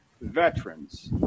veterans